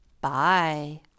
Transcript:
Bye